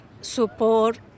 support